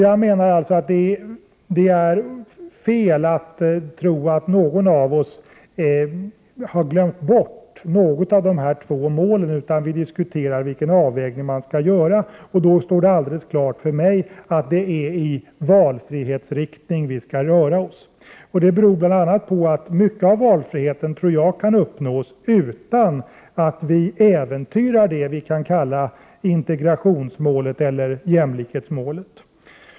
Jag menar alltså att det är fel att tro att någon av oss har glömt bort något av de här två målen, utan vi diskuterar vilken avvägning som bör göras, och då står det alldeles klart för mig att det är i valfrihetsriktning som vi skall röra oss. Detta beror bl.a. på att jag tror att mycket av valfriheten kan uppnås utan att vi behöver äventyra det vi kan kalla integrationsmålet eller jämlikhetsmålet.